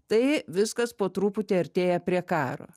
tai viskas po truputį artėja prie karo